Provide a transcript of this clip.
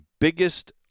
biggest